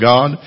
God